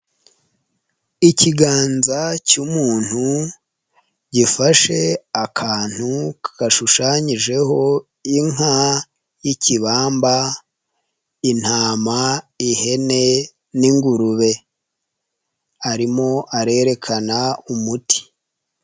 Ikiganza cy'umuntu gifashe akantu gashushanyijeho: inka y'ikibamba, intama, ihene n'ingurube, arimo arerekana umuti.